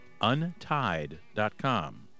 Untied.com